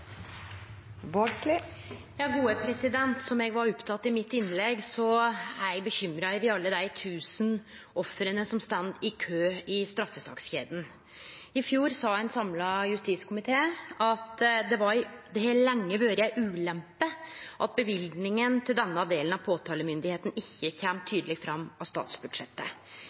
eg bekymra over alle dei tusen offera som står i kø i straffesakskjeda. I fjor sa ein samla justiskomité at det lenge har vore ei ulempe at løyvinga til denne delen av påtalemakta ikkje kjem tydeleg fram av statsbudsjettet.